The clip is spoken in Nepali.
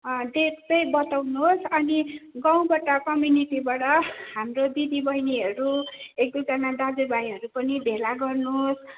डेट चाहिँ बताउनुहोस अनि गाउँबाट कम्युनिटीबाट हाम्रो दिदीबैनीहरू एक दुइजना दाजु भाइहरू पनि भेला गर्नुहोस्